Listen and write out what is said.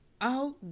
out